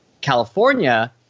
California